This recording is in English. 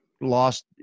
lost